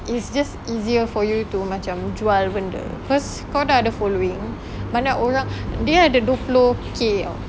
it's just easier for you to macam jual benda cause kau dah ada following banyak orang dia ada dua puluh K [tau]